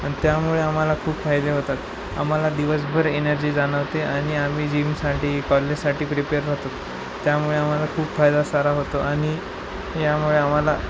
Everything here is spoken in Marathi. आणि त्यामुळे आम्हाला खूप फायदे होतात आम्हाला दिवसभर एनर्जी जाणवते आणि आम्ही जिमसाठी कॉलेजसाठी प्रिपेअर होतो त्यामुळे आम्हाला खूप फायदा सारा होतो आणि यामुळे आम्हाला